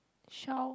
Shell